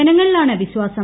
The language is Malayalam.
ജനങ്ങളിലാണ് വിശ്വാസം